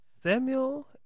Samuel